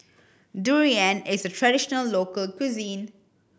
durian is a traditional local cuisine